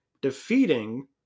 defeating